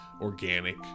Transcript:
organic